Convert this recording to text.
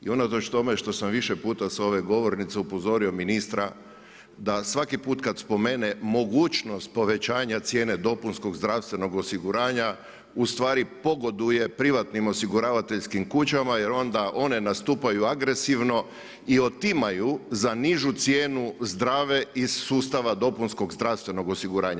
I unatoč tome što sam više puta s ove govornice upozorio ministra da svaki put kada spomene mogućnost povećanja cijene dopunskog zdravstvenog osiguranja ustvari pogoduje privatnim osiguravateljskim kućama jer onda one nastupaju agresivno o otimaju za nižu cijenu zdrave iz sustava dopunskog zdravstvenog osiguranja.